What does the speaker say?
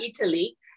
italy